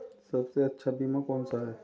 सबसे अच्छा बीमा कौनसा है?